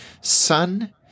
Sun